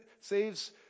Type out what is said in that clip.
saves